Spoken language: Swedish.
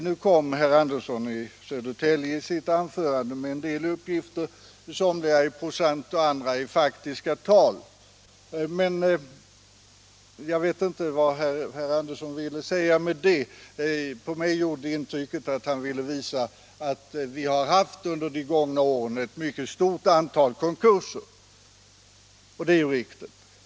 Nu redovisade herr Andersson i Södertälje i sitt anförande en del sifferuppgifter, några i procent och andra i absoluta tal. Men jag vet inte vad herr Andersson ville säga med detta. Jag fick uppfattningen att han ville visa att vi under de gångna åren haft ett mycket stort antal konkurser, och det är ju riktigt.